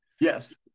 Yes